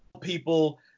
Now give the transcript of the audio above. people –